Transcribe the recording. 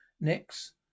Next